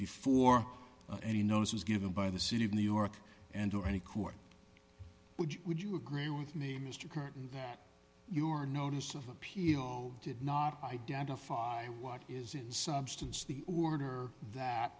before any notice was given by the city of new york and or any court would you would you agree with me mr curtain that your notice of appeal did not identify what is in substance the order that